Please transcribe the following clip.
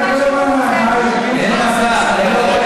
אני לא יכול,